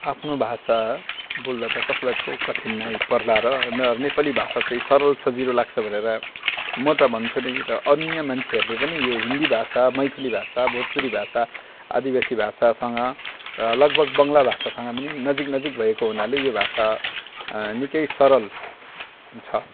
आफ्नो भाषा बोल्दा त कसलाई पो कठिन आइपर्ला र नेपाली भाषा चाहिँ सरल सजिलो लाग्छ भनेर म त भन्छु नै र अन्य मान्छेहरूले पनि यो हिन्दी भाषा मैथिली भाषा भोजपुरी भाषा आदिवासी भाषासँग लगभग बङ्गला भाषासँग पनि नजिक नजिक भएको हुनाले यो भाषा निकै सरल हुन्छ